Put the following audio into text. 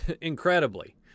Incredibly